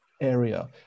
area